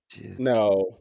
No